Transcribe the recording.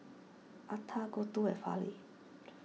Atal Gouthu and Fali